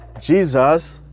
Jesus